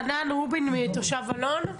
חנן רובין, תושב אלון.